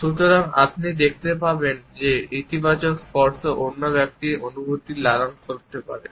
সুতরাং আপনি দেখতে পাবেন যে একটি ইতিবাচক স্পর্শ অন্য ব্যক্তির অনুভূতি লালন করতে পারে